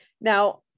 Now